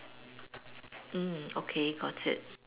mm okay got it